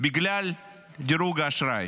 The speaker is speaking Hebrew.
בגלל דירוג האשראי.